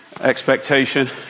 expectation